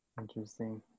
Interesting